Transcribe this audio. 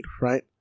right